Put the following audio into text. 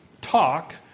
talk